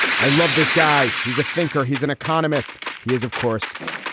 i love this guy. he's a thinker. he's an economist. he is, of course,